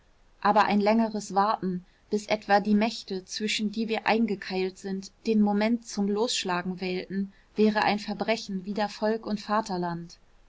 aber ein längeres warten bis etwa die mächte zwischen die wir eingekeilt sind den moment zum losschlagen wählten wäre ein verbrechen wider volk und vaterland